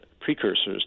precursors